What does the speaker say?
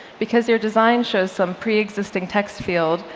because their design shows some preexisting text field,